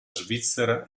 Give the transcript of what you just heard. svizzera